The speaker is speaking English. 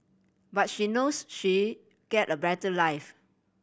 but she knows she get a better life